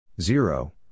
zero